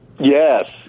Yes